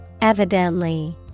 Evidently